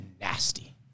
nasty